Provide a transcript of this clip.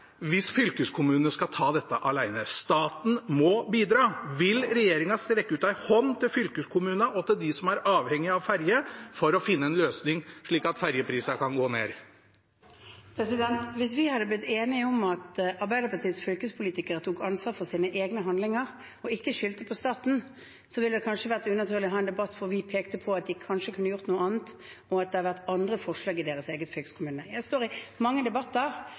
hvis fylkeskommunene skal ta dette alene. Staten må bidra. Vil regjeringen strekke ut en hånd til fylkeskommunene og til dem som er avhengig av ferje, for å finne en løsning slik at ferjeprisene kan gå ned? Hvis vi hadde blitt enige om at Arbeiderpartiets fylkespolitikere tok ansvar for sine egne handlinger og ikke skyldte på staten, ville det kanskje vært unaturlig å ha en debatt, for vi pekte på at de kanskje kunne ha gjort noe annet, og at det har vært andre forslag i deres egen fylkeskommune. Jeg står i mange debatter,